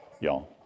y'all